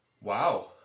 Wow